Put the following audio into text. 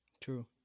True